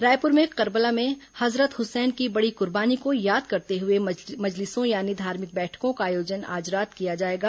रायपुर में कर्बला में Hazrat Hussain की बड़ी कुर्बानी को याद करते हुए मजलिसों यानी धार्मिक बैठकों का आयोजन आज रात किया जाएगा